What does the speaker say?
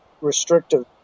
restrictive